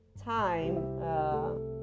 time